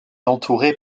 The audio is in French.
entourée